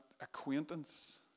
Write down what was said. acquaintance